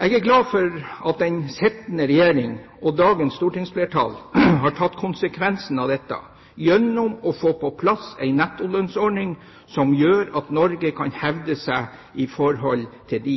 Jeg er glad for at den sittende regjering og dagens stortingsflertall har tatt konsekvensen av dette gjennom å få på plass en nettolønnsordning som gjør at Norge kan hevde seg i forhold til